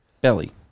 belly